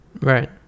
right